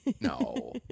No